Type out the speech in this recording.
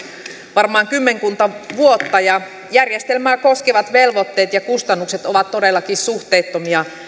varmaan kymmenkunta vuotta järjestelmää koskevat velvoitteet ja kustannukset ovat todellakin suhteettomia